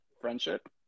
friendship